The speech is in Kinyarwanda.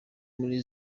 muri